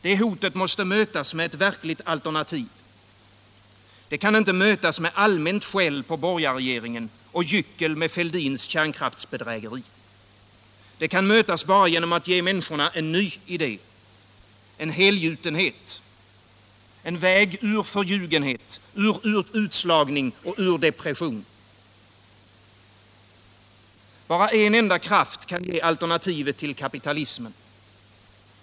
Det hotet måste mötas med ett verkligt alternativ. Det kan inte mötas med allmänt skäll på borgarregeringen och gyckel med Fälldins kärnkraftsbedrägeri. Det kan mötas bara genom att ge människorna en ny idé. En helgjutenhet. En väg ur förljugenhet, utslagning och depression. Bara en enda kraft kan ge alternativet till kapitalismen.